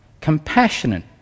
compassionate